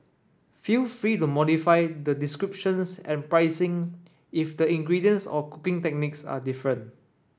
feel free to modify the descriptions and pricing if the ingredients or cooking techniques are different